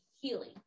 healing